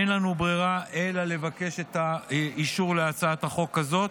אין לנו ברירה אלא לבקש את האישור להצעת החוק הזאת.